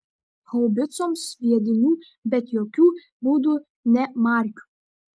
haubicoms sviedinių bet jokiu būdu ne markių